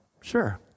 sure